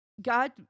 God